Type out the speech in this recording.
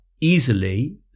easily